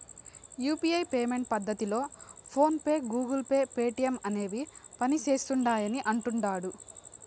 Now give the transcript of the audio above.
UPI payment పద్దతిలో PhonePe, Google Pay, Paytm అనేవి పనిసేస్తిండాయని అంటుడారు